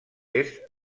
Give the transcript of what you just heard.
est